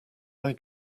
eye